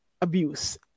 abuse